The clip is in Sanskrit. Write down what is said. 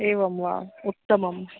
एवं वा उत्तमम्